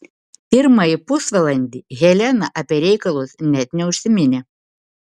pirmąjį pusvalandį helena apie reikalus net neužsiminė